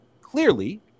clearly